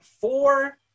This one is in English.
four